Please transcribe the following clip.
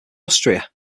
austria